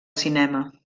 cinema